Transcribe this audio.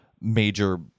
major